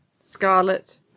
Scarlet